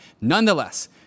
nonetheless